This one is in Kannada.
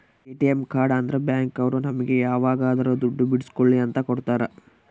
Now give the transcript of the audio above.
ಎ.ಟಿ.ಎಂ ಕಾರ್ಡ್ ಅಂದ್ರ ಬ್ಯಾಂಕ್ ಅವ್ರು ನಮ್ಗೆ ಯಾವಾಗದ್ರು ದುಡ್ಡು ಬಿಡ್ಸ್ಕೊಳಿ ಅಂತ ಕೊಡ್ತಾರ